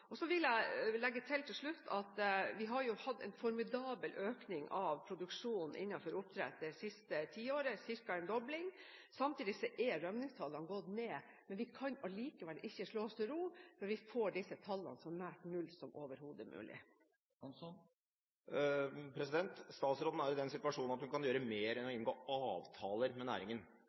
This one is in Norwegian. Så vil jeg til slutt legge til at vi har hatt en formidabel økning av produksjonen innenfor oppdrett det siste tiåret, ca. en dobling. Samtidig er rømmingstallene gått ned. Vi kan allikevel ikke slå oss til ro før vi får disse tallene så nær null som overhodet mulig. Statsråden er i den situasjonen at hun kan gjøre mer enn å inngå avtaler med næringen.